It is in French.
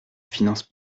finance